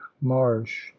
marsh